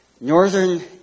Northern